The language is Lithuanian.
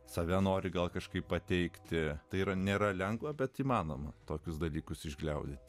save nori gal kažkaip pateikti tai yra nėra lengva bet įmanoma tokius dalykus išgliaudyti